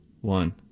one